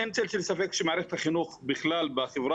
אין צל של ספק שמערכת החינוך בכלל בחברה